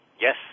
Yes